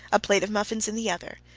a plate of muffins in the other,